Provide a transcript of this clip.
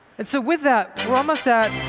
and so with that, we're almost at